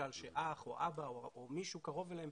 למשל שאח או אבא או מישהו קרוב אליהם,